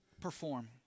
perform